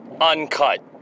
Uncut